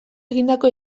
egindako